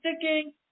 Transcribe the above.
sticking